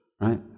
right